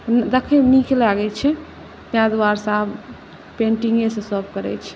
देखैमे नीक लागै छै ताहि दुआरेसँ आब पेन्टिङ्गेसँ सब करै छै